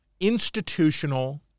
institutional